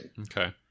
Okay